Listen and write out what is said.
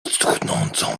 cuchnącą